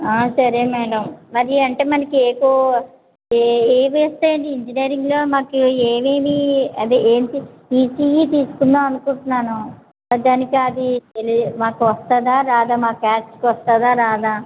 సరే మ్యాడం అది అంటే మనకి ఏ కోర్స్ ఏవి వస్తాయండి ఇంజినీరింగ్లో మాకు ఏవేవి అంటే ఈసిఈ తీసుకుందామనుకుంటున్నాను దానికి అది మాకు వస్తుందా రాదా మా క్యాస్ట్కి వస్తుందా రాదా